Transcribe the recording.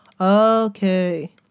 Okay